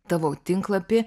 tavo tinklapį